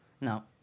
No